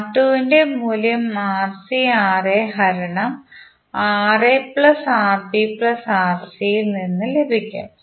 R2 ന്റെ മൂല്യം ഹരണംഇൽ നിന്ന് ലഭിക്കും